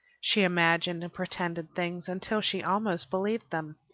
she imagined and pretended things until she almost believed them,